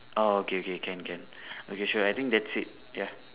oh okay okay can can okay sure I think that's it ya